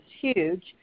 huge